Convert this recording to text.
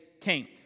came